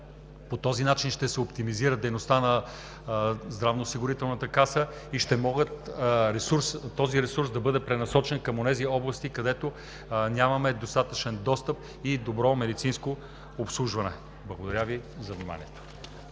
по този начин ще се оптимизира дейността на Здравноосигурителната каса и ще може този ресурс да бъде пренасочен към онези области, където нямаме необходимия достъп и добро медицинско обслужване. Благодаря Ви за вниманието.